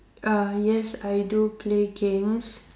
uh yes I do play games